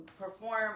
perform